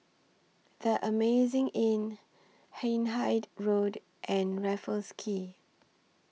The Amazing Inn Hindhede Road and Raffles Quay